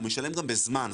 הוא משלם גם בזמן.